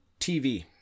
TV